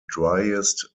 driest